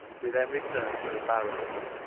we then returned to the barracks.